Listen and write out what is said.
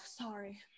sorry